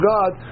God